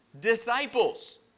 disciples